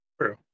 True